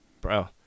Bro